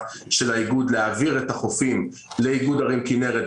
של האיגוד להעביר את החופים לאיגוד ערים כינרת,